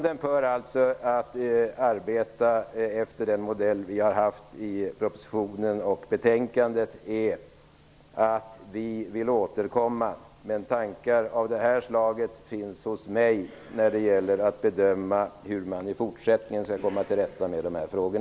En förutsättning för arbetet som har lagts ned i propositionen och betänkandet är att vi skall återkomma i frågan. Men jag har tankar av det här slaget när det gäller att bedöma hur man i fortsättningen skall komma till rätta med dessa frågor.